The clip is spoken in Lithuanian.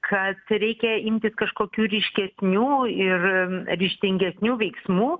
kad reikia imtis kažkokių ryškesnių ir ryžtingesnių veiksmų